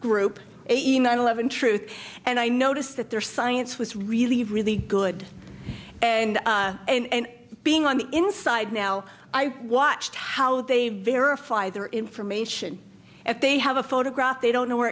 group eighty nine eleven truth and i noticed that their science was really really good and and being on the inside now i watched how they verify their information if they have a photograph they don't know where